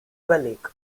lake